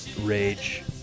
Rage